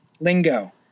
lingo